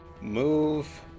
move